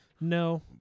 no